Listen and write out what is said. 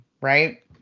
right